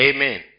Amen